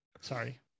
Sorry